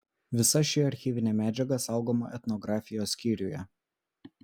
visa ši archyvinė medžiaga saugoma etnografijos skyriuje